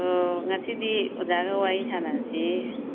ꯑꯣ ꯉꯁꯤꯗꯤ ꯑꯣꯖꯥꯒ ꯋꯥꯔꯤ ꯁꯥꯟꯅꯔꯁꯤ